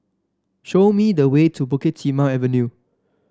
show me the way to Bukit Timah Avenue